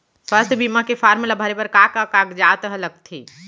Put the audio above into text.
स्वास्थ्य बीमा के फॉर्म ल भरे बर का का कागजात ह लगथे?